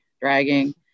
dragging